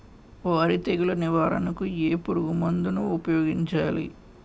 వరి తెగుల నివారణకు ఏ పురుగు మందు ను ఊపాయోగించలి?